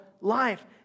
life